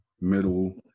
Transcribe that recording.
middle